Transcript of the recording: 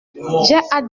hâte